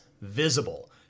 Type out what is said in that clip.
visible